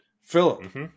Philip